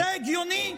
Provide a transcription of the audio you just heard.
זה הגיוני?